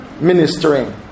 ministering